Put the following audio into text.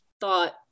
thought